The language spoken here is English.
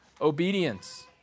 obedience